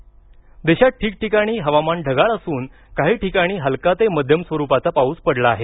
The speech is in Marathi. हवामान देशात ठिकठिकाणी हवामान ढगाळ असून काही ठिकाणी हलका ते मध्यम स्वरूपाचा पाऊस पडला आहे